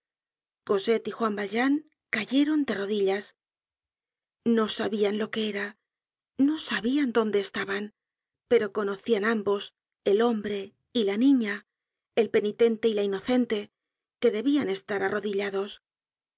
v juan yaljean cayeron de rodillas content from google book search generated at no sabian lo que era no sabian dónde estaban pero conocian ambos el hombre y la niña el penitente y la inocente que debian estar arrodillados